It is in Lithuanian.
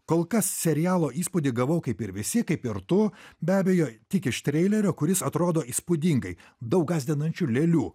kol kas serialo įspūdį gavau kaip ir visi kaip ir tu be abejo tik iš treilerio kuris atrodo įspūdingai daug gąsdinančių lėlių